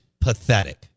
pathetic